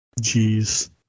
Jeez